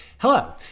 Hello